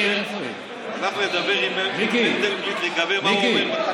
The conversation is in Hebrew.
הלך לדבר עם מנדלבליט לגבי מה הוא אומר,